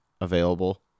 available